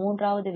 மூன்றாவது